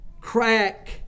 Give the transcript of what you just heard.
crack